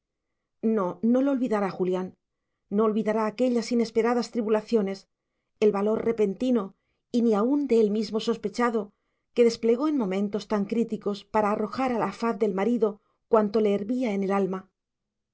no no lo olvidará julián no olvidará aquellas inesperadas tribulaciones el valor repentino y ni aun de él mismo sospechado que desplegó en momentos tan críticos para arrojar a la faz del marido cuanto le hervía en el alma